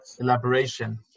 elaboration